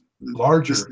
larger